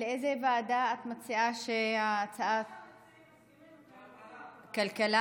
ועדה את מציעה שההצעה, מה שהמציעים, כלכלה.